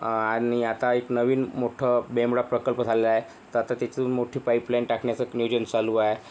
आणि आता एक नवीन मोठं बेमडा प्रकल्प झालेला आहे तर आत्ता तिथून मोठी पाईपलाईन टाकण्याचं नियोजन चालू आहे